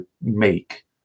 make